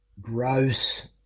gross